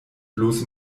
bloß